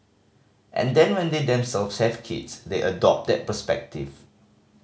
and then when they themselves have kids they adopt that perspective